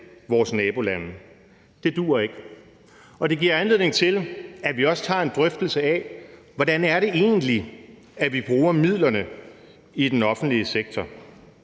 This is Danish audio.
vores nabolande. Det duer ikke, og det giver også anledning til, at vi tager en drøftelse af, hvordan det egentlig er, vi bruger midlerne i den offentlige sektor.